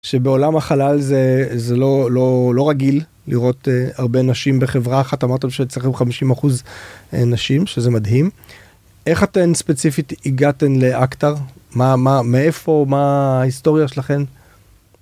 שבעולם החלל זה, זה לא, לא לא רגיל לראות הרבה נשים בחברה אחת. אמרתם שאצלכם 50% נשים, שזה מדהים. איך אתן ספציפית הגעתן לאקטר? מה מה מאיפה? מה ההיסטוריה שלכן?